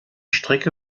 strecke